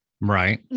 Right